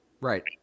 Right